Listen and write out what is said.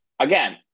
Again